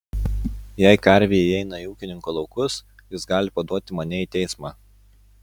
jei karvė įeina į ūkininko laukus jis gali paduoti mane į teismą